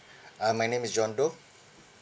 uh my name is john doe